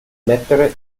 mettere